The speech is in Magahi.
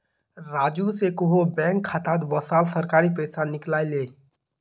राजू स कोहो बैंक खातात वसाल सरकारी पैसा निकलई ले